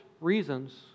reasons